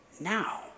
now